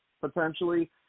potentially